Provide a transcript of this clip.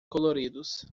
coloridos